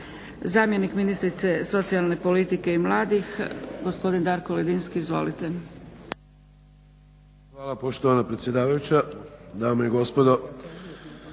Zamjenik ministrice socijalne politike i mladih gospodin Darko Ledinski, izvolite. **Ledinski, Darko (SDP)** Hvala poštovana predsjedavajuća. Dame i gospodo